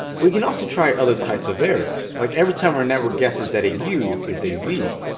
we can also try other types of errors, like every time our network guesses that a u is a v.